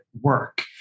work